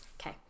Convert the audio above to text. Okay